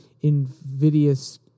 invidious